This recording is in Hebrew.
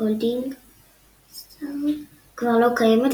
IKEA Holding SA כבר לא קיימת,